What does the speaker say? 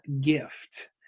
gift